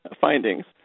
findings